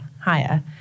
higher